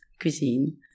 cuisine